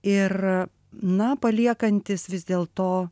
ir na paliekantys vis dėl to